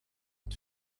een